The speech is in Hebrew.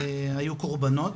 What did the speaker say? היו קורבנות,